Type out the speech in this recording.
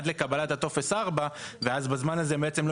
עד לקבלת טופס 4 ו אז בזמן הזה הם לא